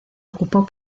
ocupó